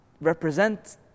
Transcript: represent